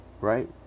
Right